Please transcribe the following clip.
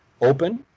open